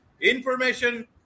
information